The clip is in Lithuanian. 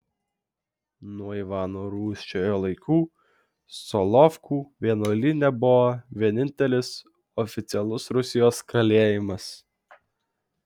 nuo ivano rūsčiojo laikų solovkų vienuolyne buvo vienintelis oficialus rusijos kalėjimas